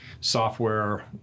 software